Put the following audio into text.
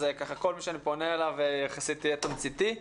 אז כל מי שאני פונה אליו יחסית יהיה תמציתי.